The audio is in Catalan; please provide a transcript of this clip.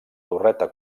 torreta